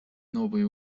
новые